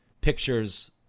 pictures